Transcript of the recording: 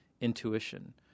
intuition